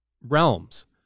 realms